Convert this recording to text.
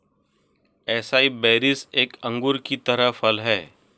acai berries एक अंगूर की तरह फल हैं